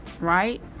right